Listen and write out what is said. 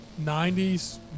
90s